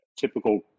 typical